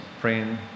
praying